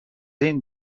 این